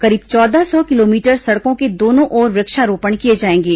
करीब चौदह सौ किलोमीटर सड़कों के दोनों ओर वृक्षारोपण किए जाएंगे